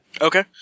Okay